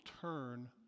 turn